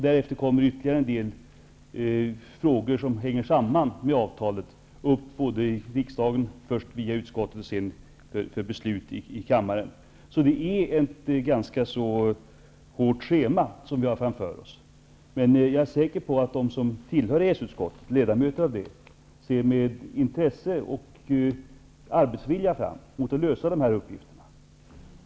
Därefter kommer ytterligare en del frågor som hänger samman med avtalet upp i riksdagen, först i utskotten och därefter i kammaren för fattande av beslut. Det är alltså ett ganska hårt schema som vi har framför oss. Jag är emellertid säker på att de ledamöter som tillhör EES-utskottet med intresse och arbetsvilja ser fram emot att lösa dessa uppgifter.